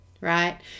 right